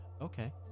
Okay